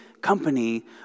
company